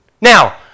Now